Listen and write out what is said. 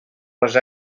les